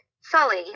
Sully